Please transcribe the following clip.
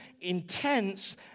intense